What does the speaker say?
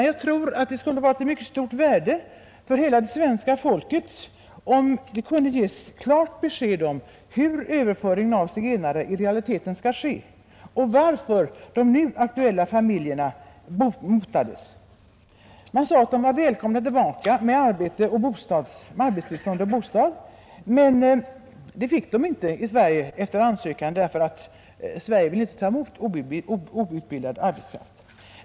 Jag tror att det skulle vara av stort värde för hela svenska folket om det kunde ges klart besked om hur överföringen av zigenare i realiteten skall ske och varför de nu aktuella familjerna motades bort. Man sade att de var välkomna tillbaka med arbetstillstånd och bostad. Men detta fick de inte efter sådan ansökan, ty Sverige sade sig vara ointresserat av att ta emot outbildad arbetskraft.